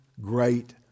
great